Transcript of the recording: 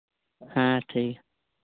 ᱦᱮᱸ ᱴᱷᱤᱠ ᱜᱮᱭᱟ